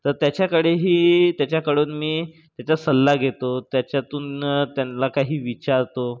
तर त्याच्याकडेही त्याच्याकडून मी त्याचा सल्ला घेतो त्याच्यातून त्यांना काही विचारतो